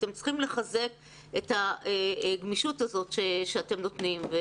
אתם צריכים לחזק את הגמישות הזאת שאתם נותנים.